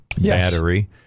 battery